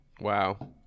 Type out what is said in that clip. Wow